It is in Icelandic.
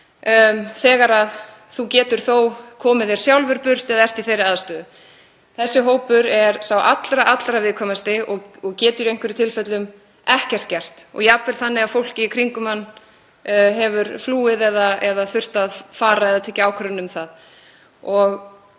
dvelur en geta þó komið þér sjálfur burt eða vera í þeirri aðstöðu. Þessi hópur er sá allra, allra viðkvæmasti og getur í einhverjum tilfellum ekkert gert og jafnvel er það þannig að fólkið í kringum hann hefur flúið eða þurft að fara eða tekið ákvörðun um það.